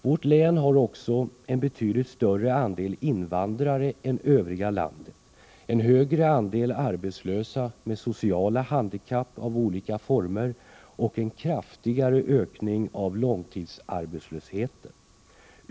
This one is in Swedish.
Vårt län har också en betydligt större andel invandrare än övriga landet, en högre andel arbetslösa med sociala handikapp av olika slag och en kraftigare ökning av långtidsarbetslösheten.